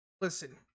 Listen